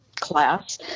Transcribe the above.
Class